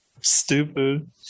stupid